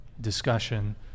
discussion